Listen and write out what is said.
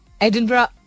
Edinburgh